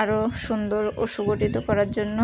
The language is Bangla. আরও সুন্দর ও সুগঠিত করার জন্য